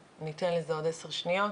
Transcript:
ניתן לזה עוד 10 שניות,